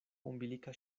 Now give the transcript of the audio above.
umbilika